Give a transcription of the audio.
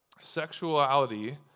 sexuality